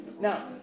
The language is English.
Now